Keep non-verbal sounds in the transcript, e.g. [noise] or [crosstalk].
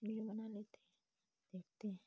[unintelligible] बना लेते हैं देखते हैं